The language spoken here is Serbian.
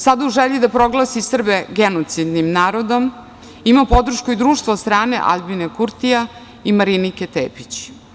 Sada u želji da proglasi Srbe genocidnim narodom ima podršku i društvo od strane Aljbina Kurtija i Marinike Tepić.